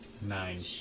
Nine